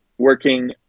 working